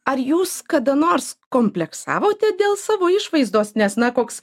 ar jūs kada nors kompleksavote dėl savo išvaizdos nes na koks